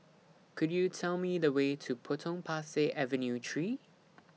Could YOU Tell Me The Way to Potong Pasir Avenue three